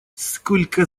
cтолько